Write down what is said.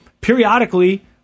periodically